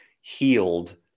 healed